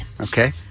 Okay